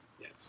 Yes